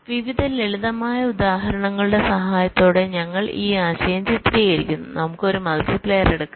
അതിനാൽ വിവിധ ലളിതമായ ഉദാഹരണങ്ങളുടെ സഹായത്തോടെ ഞങ്ങൾ ഈ ആശയം ചിത്രീകരിക്കുന്നു നമുക്ക് ഒരു മൾട്ടിപ്ലയർ എടുക്കാം